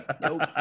Nope